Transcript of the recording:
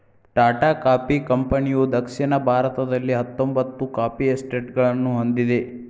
Tata coffee ಕಂಪನಿಯುದಕ್ಷಿಣ ಭಾರತದಲ್ಲಿಹತ್ತೊಂಬತ್ತು coffee ಎಸ್ಟೇಟ್ಗಳನ್ನು ಹೊಂದಿದೆ